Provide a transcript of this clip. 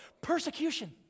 persecution